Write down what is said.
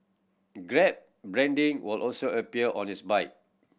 grab branding were also appear on its bike